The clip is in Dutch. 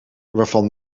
waarvan